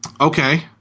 Okay